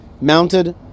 mounted